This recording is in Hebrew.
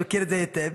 שמכיר את זה היטב,